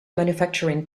manufacturing